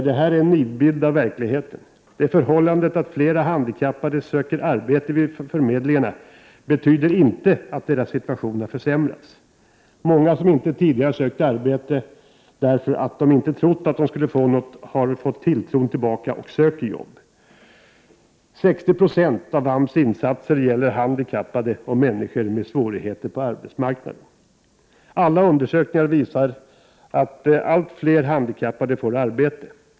Det är en nidbild av verkligheten. Det förhållandet att fler handikappade söker arbeten vid förmedlingarna betyder inte att deras situation har försämrats. Många som inte tidigare har sökt arbete därför att de inte trott att de skulle få något har fått tilltron tillbaka och söker jobb. 60 26 av AMS insatser gäller handikappade och människor med svårigheter på arbetsmarknaden. Alla undersökningar visar att allt fler handikappade får arbete.